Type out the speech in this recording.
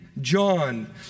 John